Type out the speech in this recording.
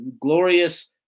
glorious